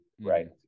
right